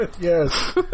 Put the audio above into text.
Yes